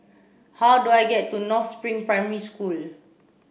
how do I get to North Spring Primary School